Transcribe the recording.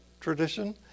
tradition